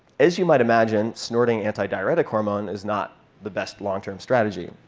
as you might imagine, snorting antidiuretic hormone is not the best long-term strategy.